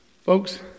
Folks